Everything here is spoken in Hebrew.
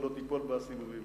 שלא תיפול בסיבובים.